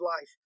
life